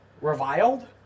reviled